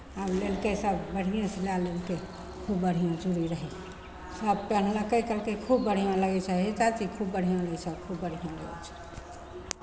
आ लेलकै सभ बढ़िएँसँ लए लेलकै खूब बढ़िआँ चूड़ी रहै सभ पेन्हलकै कहलकै खूब बढ़िआँ लगै छै हे चाची खूब बढ़िआँ लगै छौ खूब बढ़िआँ